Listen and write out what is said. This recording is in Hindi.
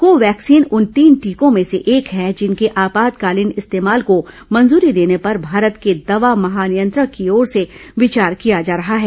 कोवैक्सीन उन तीन टीकों में से एक है जिनके आपातकालीन इस्तेमाल को मंजूरी देने पर भारत के दवा महानियंत्रक की ओर से विचार किया जा रहा है